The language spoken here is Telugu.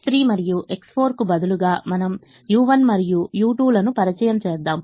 X3 మరియు X4 కు బదులుగా మనము u1 మరియు u2 ను పరిచయం చేద్దాము